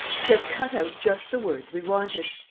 she has cut out just the words we wanted!